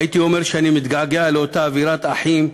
הייתי אומר שאני מתגעגע לאותה אווירת אחים,